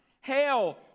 hail